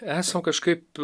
esam kažkaip